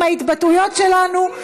עם ההתבטאויות שלנו,